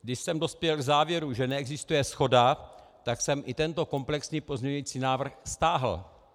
Když jsem dospěl k závěru, že neexistuje shoda, tak jsem i tento komplexní pozměňovací návrh stáhl.